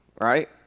right